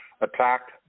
attacked